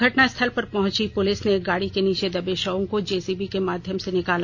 घटनास्थल पर पहुंची पुलिस ने गाड़ी के नीचे दबे शवों को जेसीबी के माध्यम से निकाला